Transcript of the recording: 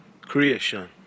Creation